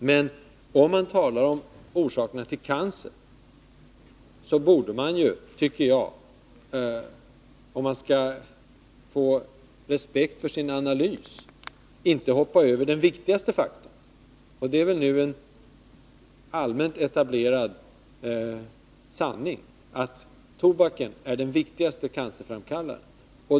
Men om man talar om orsakerna till cancer borde man, tycker jag, om man skall få respekt för sin analys inte hoppa över den viktigaste faktorn, och det är väl nu en allmänt etablerad sanning att tobaken är den viktigaste cancerframkallaren.